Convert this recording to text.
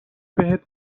بهت